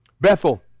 Bethel